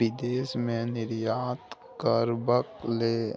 विदेश मे निर्यात करबाक लेल